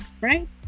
right